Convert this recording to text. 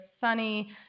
sunny